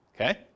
Okay